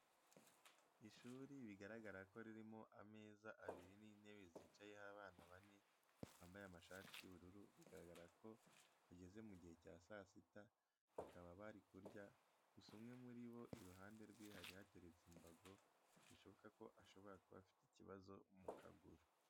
Ishuri bigaragara ko ririmo ameza abiri n'intebe zicayeho abana bane bambaye amashati y'ubururu, biragaragara ko bageze mu gihe cya saa sita bakaba bari kurya, gusa umwe muri bo iruhande rwe hari hateretse imbago bishoboka ko ashobora kuba afite ikibazo mu kaguru.